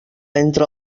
entre